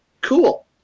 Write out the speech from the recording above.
Cool